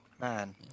Man